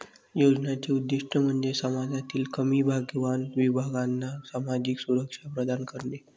योजनांचे उद्दीष्ट म्हणजे समाजातील कमी भाग्यवान विभागांना सामाजिक सुरक्षा प्रदान करणे